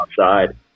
outside